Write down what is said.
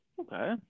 Okay